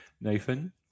Nathan